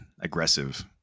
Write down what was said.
aggressive